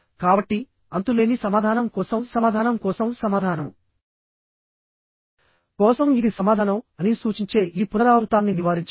కాబట్టి అంతులేని సమాధానం కోసం సమాధానం కోసం సమాధానం కోసం ఇది సమాధానం అని సూచించే ఈ పునరావృతాన్ని నివారించండి